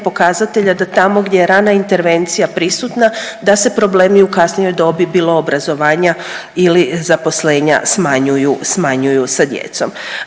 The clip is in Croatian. pokazatelja da tamo gdje je rana intervencija prisutna, da se problemi u kasnijoj dobi bilo obrazovanja ili zaposlenja smanjuju sa djecom.